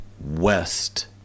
West